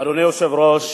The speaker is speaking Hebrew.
אדוני היושב-ראש,